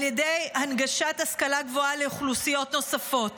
על ידי הנגשת השכלה גבוהה לאוכלוסיות נוספות,